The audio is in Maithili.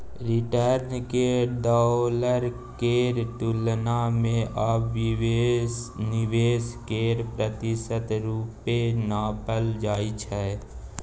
रिटर्न केँ डॉलर केर तुलना मे या निबेश केर प्रतिशत रुपे नापल जाइ छै